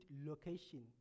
location